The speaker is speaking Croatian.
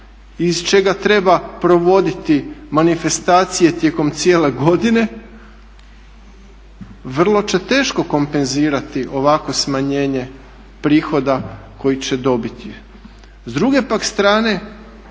iz čega treba provoditi manifestacije tijekom cijele godine vrlo će teško kompenzirati ovakvo smanjenje prihoda koji će dobiti.